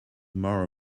more